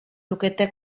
lukete